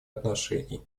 отношений